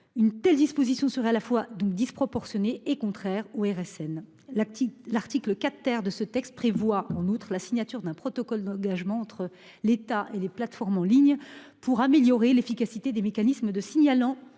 que vous proposez serait à la fois disproportionnée et contraire au DSA. L'article 4 de ce texte prévoit la signature d'un protocole d'engagements entre l'État et les opérateurs de plateforme en ligne pour améliorer l'efficacité des mécanismes de signalement